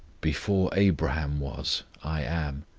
before abraham was, i am,